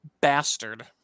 bastard